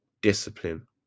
discipline